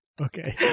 okay